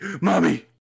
mommy